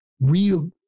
real